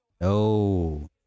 No